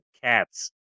Cats